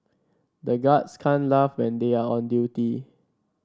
the guards can't laugh when they are on duty